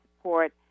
support